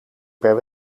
per